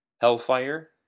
Hellfire